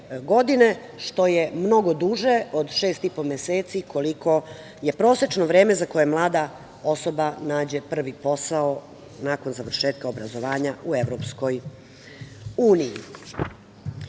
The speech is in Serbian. što je mnogo duže od šest i po meseci, koliko je prosečno vreme za koje mlada osoba nađe prvi posao nakon završetka obrazovanja u Evropskoj uniji. Ono